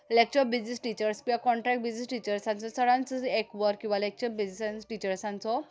lecture basis teachers किंवां contract basis टिचर्सांचो चडान चड एक वर किंवा लॅक्चर बेजीस टिचर्सांचो